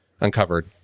uncovered